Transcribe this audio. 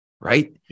right